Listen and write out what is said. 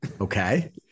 Okay